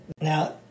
Now